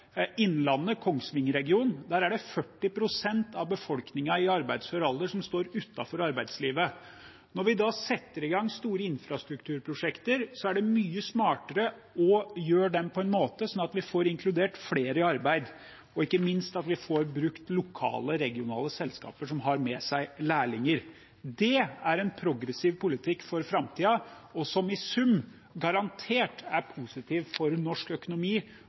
Innlandet, Kongsvinger-regionen. Der er det 40 pst. av befolkningen i arbeidsfør alder som står utenfor arbeidslivet. Når vi setter i gang store infrastrukturprosjekter, er det mye smartere å gjøre det på en måte slik at vi får inkludert flere i arbeid, og ikke minst at vi får brukt lokale og regionale selskaper som har med seg lærlinger. Det er en progressiv politikk for framtiden og som i sum garantert er positiv for norsk økonomi